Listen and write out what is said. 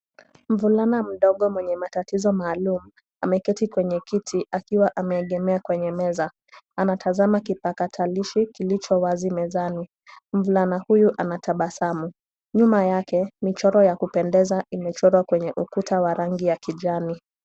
Mvulana mdogo mwenye matatizo maalum, ameketi kwenye kiti akiwa ameegemea kwenye meza, anatazama kipatakilishi kilichowazi mezani .Mvulana huyu anatabasamu, nyuma yake michoro ya kupendeza imechorwa kwenye ukuta wa rangi ya kijani.